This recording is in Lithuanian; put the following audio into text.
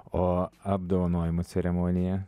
o apdovanojimo ceremonija